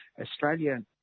Australia